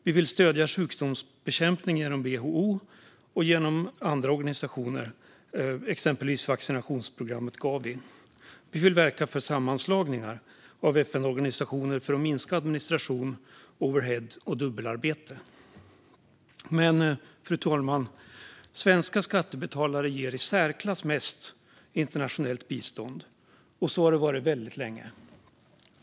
Vi vill stödja sjukdomsbekämpning genom WHO och andra organisationer, exempelvis vaccinationsprogrammet Gavi. Vi vill verka för sammanslagningar av FN-organisationer för att minska administration, overheadkostnader och dubbelarbete. Fru talman! Svenska skattebetalare ger i särklass mest internationellt bistånd, och så har det varit väldigt länge.